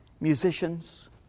musicians